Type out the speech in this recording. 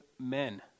men